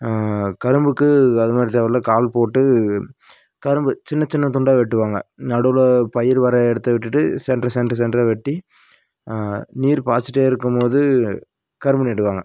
கரும்புக்கு அதுமாதிரி தேவையில்ல கால் போட்டு கரும்பு சின்ன சின்ன துண்டாக வெட்டுவாங்க நடுவில் பயிர் வர்ற இடத்த விட்டுவிட்டு சென்டர் சென்டர் சென்டராக வெட்டி நீர் பாய்ச்சிட்டே இருக்கும் போது கரும்பு நடுவாங்கள்